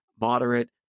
moderate